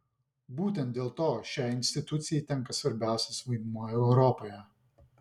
būtent dėl to šiai institucijai tenka svarbiausias vaidmuo europoje